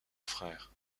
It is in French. frère